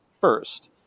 first